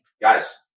guys